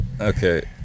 Okay